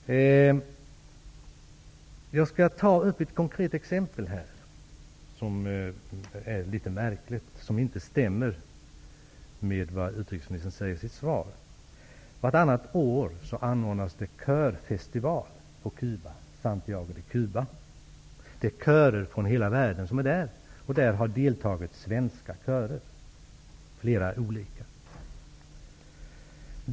Jag skall anföra ett konkret exempel på något som är litet märkligt, som inte stämmer med vad utrikesministern säger i sitt svar. Vartannat år anordnas det en körfestival på Cuba, i Santiago de Cuba. Körer från hela världen är med. Även flera olika svenska körer har deltagit.